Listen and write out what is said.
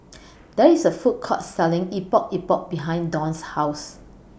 There IS A Food Court Selling Epok Epok behind Dawn's House